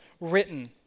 written